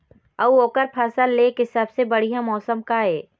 अऊ ओकर फसल लेय के सबसे बढ़िया मौसम का ये?